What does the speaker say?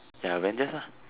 ya Avengers lah